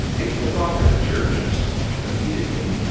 it took off in the churches immediately.